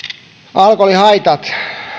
alkoholihaitat